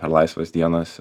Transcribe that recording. per laisvas dienas